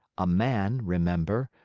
a man, remember,